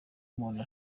umuntu